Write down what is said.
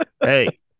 hey